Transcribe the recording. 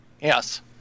yes